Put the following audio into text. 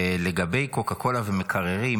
ולגבי קוקה קולה ומקררים,